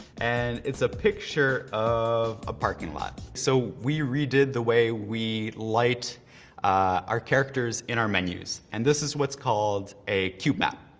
and it's a picture of a parking lot. so we redid the way we light our characters in our menus and this is what's called a cube map.